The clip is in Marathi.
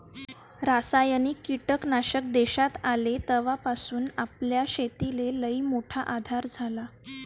रासायनिक कीटकनाशक देशात आले तवापासून आपल्या शेतीले लईमोठा आधार झाला